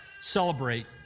celebrate